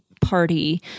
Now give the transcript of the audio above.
party